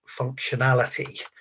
functionality